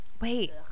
Wait